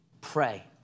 Pray